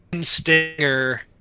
stinger